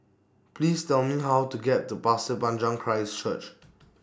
Please Tell Me How to get to Pasir Panjang Christ Church